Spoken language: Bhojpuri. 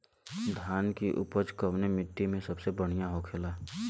धान की उपज कवने मिट्टी में सबसे बढ़ियां होखेला?